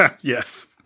Yes